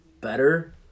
better